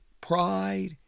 pride